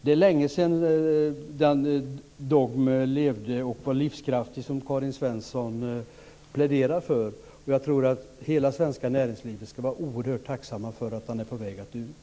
Det är länge sedan den dogm som Karin Svensson Smith pläderar för levde och var livskraftig. Jag tror att hela det svenska näringslivet ska vara oerhört tacksamt för att den är på väg att dö ut.